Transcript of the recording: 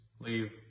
leave